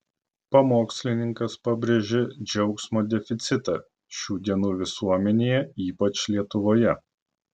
pamokslininkas pabrėžė džiaugsmo deficitą šių dienų visuomenėje ypač lietuvoje